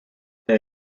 they